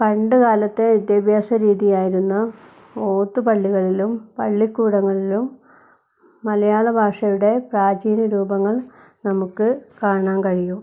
പണ്ട് കാലത്തെ വിദ്യാഭ്യാസ രീതിയായിരുന്ന ഓത്തു പള്ളികളിലും പള്ളിക്കൂടങ്ങളിലും മലയാള ഭാഷയുടെ പ്രാചീന രൂപങ്ങൾ നമക്ക് കാണാൻ കഴിയു